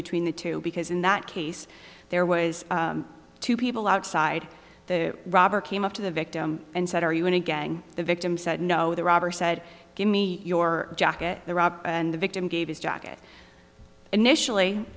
between the two because in that case there was two people outside the robber came up to the victim and said are you in a gang the victim said no the robber said give me your jacket they're up and the victim gave his jacket initially